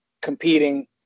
competing